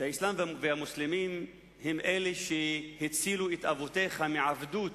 שהאסלאם והמוסלמים הם אלה שהצילו את אבותיך מעבדות